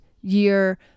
year